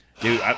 Dude